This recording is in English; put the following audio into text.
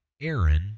Aaron